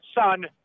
son